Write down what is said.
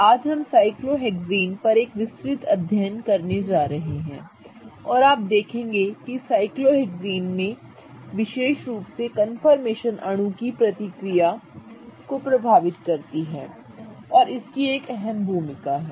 आज हम साइक्लोहेक्सेन पर एक विस्तृत अध्ययन करने जा रहे हैं और आप देखेंगे कि साइक्लोहेक्सेन में विशेष रूप से कन्फर्मेशन अणु की प्रतिक्रिया को प्रभावित करती है और इसकी एक अहम भूमिका है